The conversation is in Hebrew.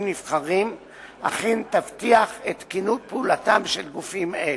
נבחרים אכן תבטיח את תקינות פעילותם של גופים אלו.